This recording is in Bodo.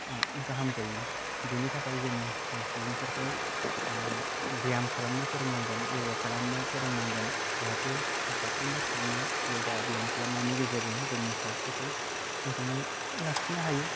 गाहाम जायो बेनि थाखाय जों सुबुंफोरखौ बियाम खालामनो फोरोंनांगोन यगा खालामनो फोरोंनांगोन जाहाथे साफ्रोमबो सुबुङा यगा बियाम खालामनायनि गेजेरजों जोंनि सावस्रिखौ मोजाङै लाखिनो हायो